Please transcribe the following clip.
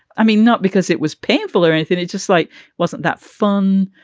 i mean, not because it was painful or anything. it just like wasn't that fun.